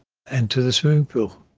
and to the swimming pool.